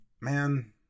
man